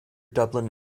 dublin